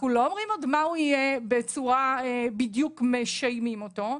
עוד לא אומרים עוד מה הוא יהיה בדיוק ומשיימים אותו,